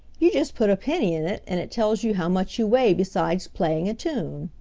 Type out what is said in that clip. you just put a penny in it and it tells you how much you weigh besides playing a tune.